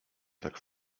tak